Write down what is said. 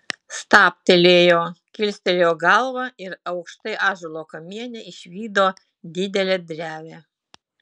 stabtelėjo kilstelėjo galvą ir aukštai ąžuolo kamiene išvydo didelę drevę